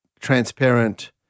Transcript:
transparent